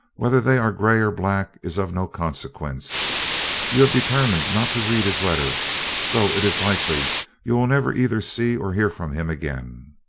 whether they are grey or black is of no consequence you have determined not to read his letter so it is likely you will never either see or hear from him again.